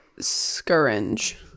scourge